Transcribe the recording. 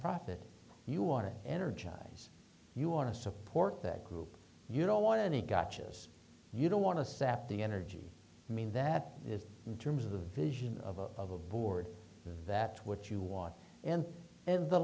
profit you want to energize you want to support that group you don't want any gotchas you don't want to sap the energy i mean that is in terms of the vision of a of a board that what you want and then the